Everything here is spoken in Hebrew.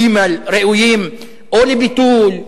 ג' ראויים או לביטול,